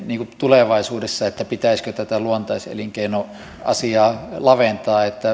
tulevaisuudessa pitäisikö tätä luontaiselinkeinoasiaa laventaa